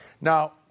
Now